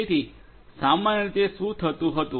તેથી સામાન્ય રીતે શું થતું હતું